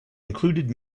included